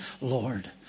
Lord